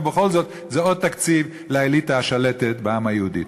אבל בכל זאת זה עוד תקציב לאליטה השלטת בעם היהודי.